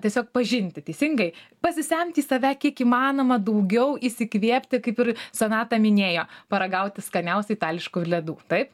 tiesiog pažinti teisingai pasisemti į save kiek įmanoma daugiau įsikvėpti kaip ir sonata minėjo paragauti skaniausių itališkų ledų taip